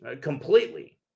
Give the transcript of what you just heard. completely